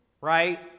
right